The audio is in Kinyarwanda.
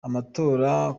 amatora